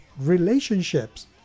relationships